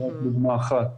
זו רק דוגמא אחת.